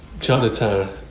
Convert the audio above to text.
chinatown